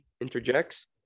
interjects